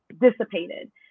dissipated